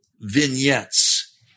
vignettes